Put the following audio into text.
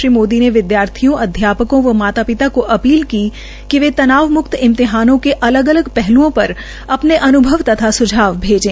श्री मोदी ने विदयार्थियों अध्यापकों व माता पिता को अपील की कि वे तनाव मुक्त इम्तिहानों के अलग अलग पहलूओं पर अपने अनुभव तथा सुझाव भेजे